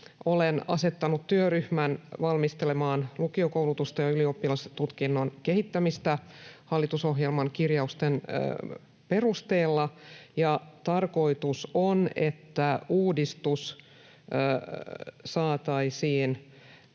Olen asettanut työryhmän valmistelemaan lukiokoulutusta ja ylioppilastutkinnon kehittämistä hallitusohjelman kirjausten perusteella. Tarkoitus on, että uudistus saataisiin